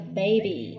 baby